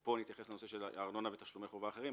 פה נתייחס לעניין של ארנונה ותשלומי חובה אחרים,